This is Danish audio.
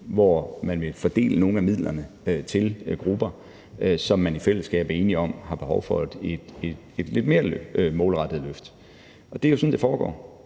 hvor man vil fordele nogle af midlerne til grupper, som man i fællesskab er enige om har behov for et mere målrettet løft. Og det er sådan, det foregår,